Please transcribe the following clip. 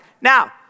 Now